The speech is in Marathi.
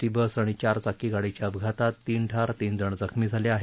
टी बस आणि चारचाकी गाडीच्या अपघातात तीन ठार तीन जण जखमी झाले आहेत